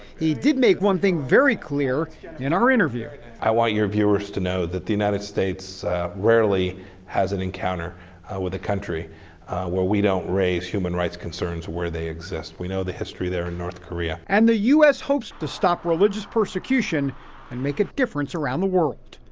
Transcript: he did make one thing very clear and our interview. i want your viewers to know that the united states rarely has an encounter with a country where we don't raise human rights concerns where they exist. we know the history there in north korea. david and the u s. hopes to stop religious persecution and make a deliveries around the world.